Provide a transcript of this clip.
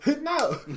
No